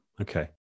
okay